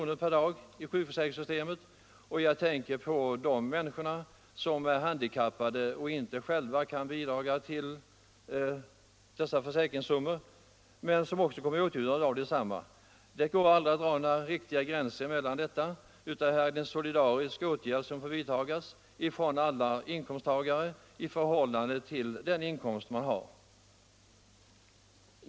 per dag i sjukförsäkringssystemet och de människor som är handikappade och inte själva kan bidra till de försäkringar som de kommer i åtnjutande av. Det går aldrig att dra några riktiga gränser här, utan det får bli fråga om en solidarisk åtgärd från alla inkomsttagares sida i förhållande till de inkomster man har.